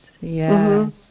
Yes